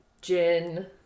gin